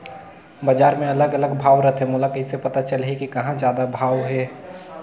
बजार मे अलग अलग भाव रथे, मोला कइसे पता चलही कि कहां जादा भाव हे?